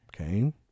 okay